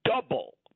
double